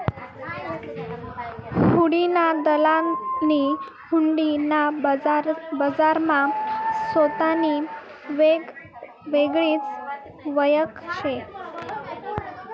हुंडीना दलालनी हुंडी ना बजारमा सोतानी येगळीच वयख शे